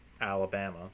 Alabama